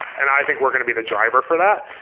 and i think we're going to be the driver for that.